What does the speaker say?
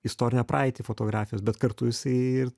istorinę praeitį fotografijos bet kartu jisai ir